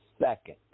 second